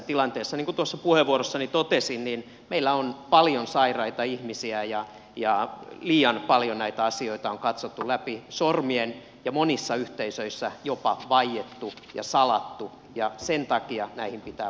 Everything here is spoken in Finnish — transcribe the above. niin kuin tuossa puheenvuorossani totesin meillä on paljon sairaita ihmisiä ja liian paljon näitä asioita on katsottu läpi sormien ja monissa yhteisöissä jopa vaiettu ja salattu ja sen takia näihin pitää vakavasti puuttua